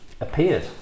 appeared